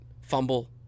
fumble